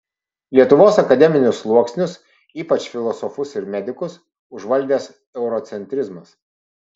lietuvos akademinius sluoksnius ypač filosofus ir medikus užvaldęs eurocentrizmas